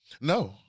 No